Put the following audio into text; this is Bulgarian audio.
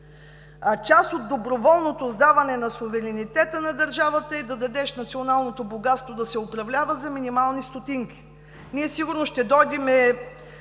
част от доброволното сдаване на суверенитета на държавата, е да дадеш националното богатство да се управлява за минимални стотинки. През месеците